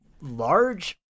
large